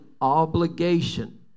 obligation